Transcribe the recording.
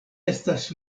estas